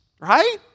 Right